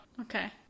okay